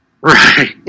right